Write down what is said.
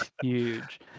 huge